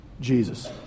Jesus